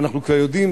ואנחנו כבר יודעים,